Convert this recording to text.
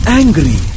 angry